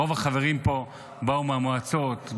רוב החברים פה באו מהמועצות,